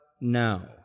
now